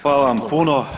Hvala vam puno.